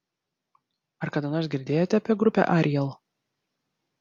ar kada nors girdėjote apie grupę ariel